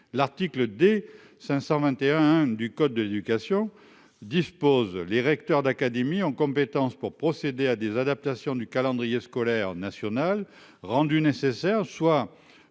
l'article des 521 1 du code de l'éducation dispose les recteurs d'académie ont compétence pour procéder à des adaptations du calendrier scolaire national rendu nécessaire soit